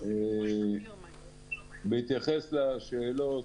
בהתייחס לשאלות,